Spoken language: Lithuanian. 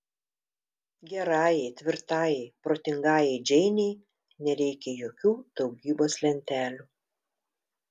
gerajai tvirtajai protingajai džeinei nereikia jokių daugybos lentelių